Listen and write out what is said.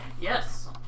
Yes